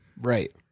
right